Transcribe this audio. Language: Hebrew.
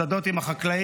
בשדות עם החקלאים,